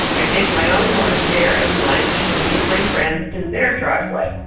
i take my own lawn chair and lunch and meet my friends in their driveway.